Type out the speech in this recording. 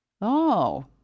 Oh